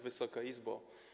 Wysoka Izbo!